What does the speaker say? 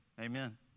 Amen